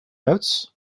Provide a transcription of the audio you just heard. notes